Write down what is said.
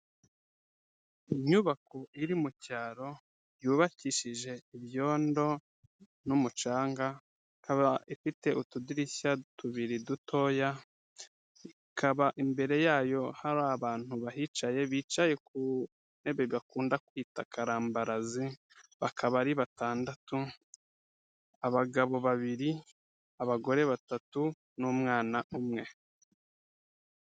Inyubako iri mu cyaro yubakishije ibyondo n'umucanga, ikaba ifite utudirishya tubiri dutoya, ikaba imbere yayo hari abantu bahicaye, bicaye ku ntebe bakunda kwita karambarazi, bakaba ari batandatu, abagabo babiri, abagore batatu n'umwana umwe.